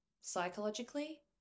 psychologically